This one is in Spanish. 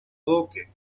duque